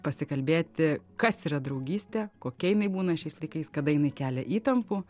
pasikalbėti kas yra draugystė kokia jinai būna šiais laikais kada jinai kelia įtampų